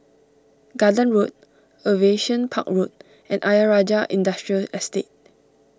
Garden Road Aviation Park Road and Ayer Rajah Industrial Estate